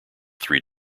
three